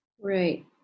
Right